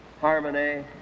harmony